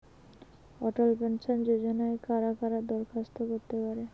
অটল pension যোজনায় কারা কারা দরখাস্ত করতে পারে?